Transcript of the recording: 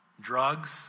drugs